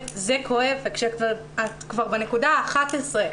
זה כואב' וכשאת כבר בנקודה ה-11,